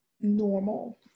normal